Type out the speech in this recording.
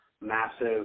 massive